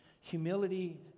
humility